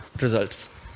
results